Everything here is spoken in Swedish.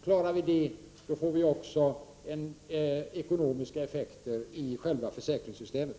Klarar vi att lösa dem får vi också ekonomiska effekter i sjukförsäkringssystemet.